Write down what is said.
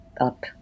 up